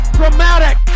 dramatic